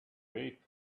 wait